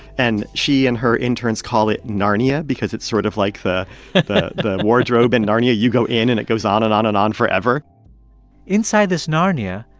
and she and her interns call it narnia because it's sort of like the the the wardrobe in narnia. you go in and it goes on and on and on forever inside this narnia,